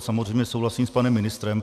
Samozřejmě souhlasím s panem ministrem.